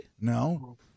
No